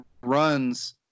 runs